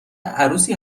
عروسی